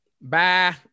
bye